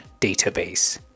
database